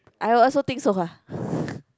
I also think so ah